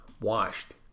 washed